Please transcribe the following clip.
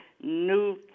New